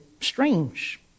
strange